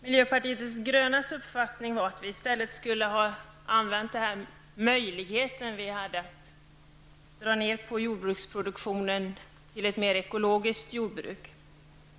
Miljöpartiet de grönas uppfattning var att vi i stället borde ha utnyttjat möjligheten som vi hade att dra ner på jordbruksproduktionen till ett mer ekologiskt jordbruk.